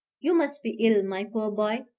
you must be ill, my poor boy.